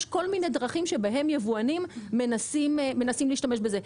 יש כל מיני דרכים שבהם יבואנים מנסים לעצור ייבוא מקביל,